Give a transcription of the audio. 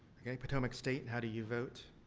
okay, potomac state, how do you vote?